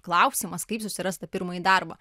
klausimas kaip susirasti pirmąjį darbą